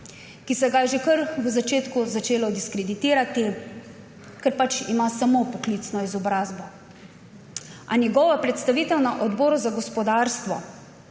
ki se ga je že kar na začetku začelo diskreditirati, ker pač ima samo poklicno izobrazbo. A njegova predstavitev na Odboru za gospodarstvo